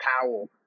Powell